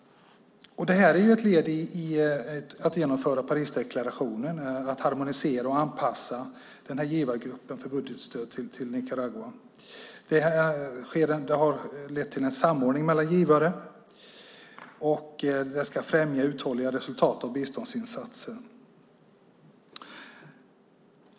Detta är ett led i att genomföra Parisdeklarationen, att harmonisera och anpassa den här givargruppen för bistånd till Nicaragua. Det har lett till en samordning mellan givare, och det ska främja uthålliga resultat av biståndsinsatsen.